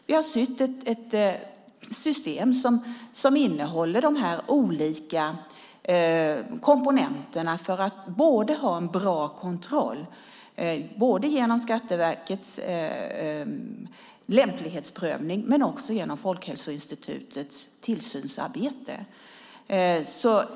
Vi har sytt ihop ett system som innehåller dessa olika komponenter för att ha en bra kontroll både genom Skatteverkets lämplighetsprövning och genom Folkhälsoinstitutets tillsynsarbete.